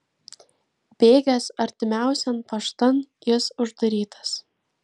bėgęs artimiausian paštan jis uždarytas